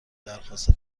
درخواست